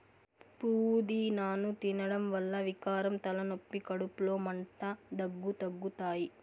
పూదినను తినడం వల్ల వికారం, తలనొప్పి, కడుపులో మంట, దగ్గు తగ్గుతాయి